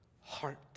heart